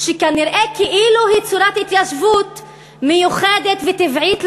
שכנראה כאילו היא צורת התיישבות מיוחדת וטבעית ליהודים,